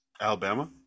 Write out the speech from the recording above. Alabama